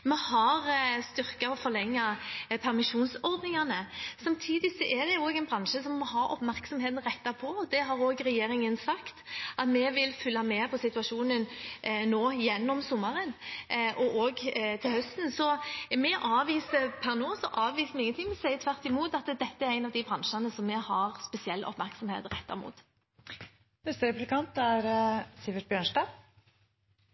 Vi har styrket og forlenget permisjonsordningene. Samtidig er det en bransje vi har oppmerksomheten rettet mot, og det har også regjeringen sagt – at vi vil følge med på situasjonen gjennom sommeren og til høsten. Så per nå avviser vi ingenting. Vi sier tvert imot at dette er en av de bransjene som vi har spesiell oppmerksomhet